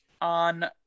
on